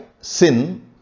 sin